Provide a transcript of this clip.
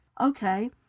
okay